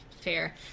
Fair